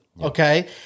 Okay